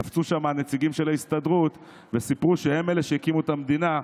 קפצו שם הנציגים של ההסתדרות וסיפרו שהם אלה שהקימו את המדינה.